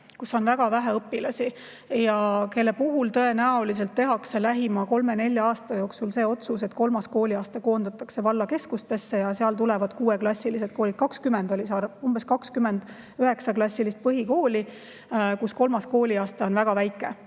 on väga vähe õpilasi ja nende puhul tõenäoliselt tehakse lähima kolme-nelja aasta jooksul see otsus, et kolmas kooliaste koondatakse vallakeskustesse ja seal tulevad kuueklassilised koolid. On umbes 20 üheksaklassilist põhikooli, kus kolmas kooliaste on väga väike,